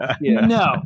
No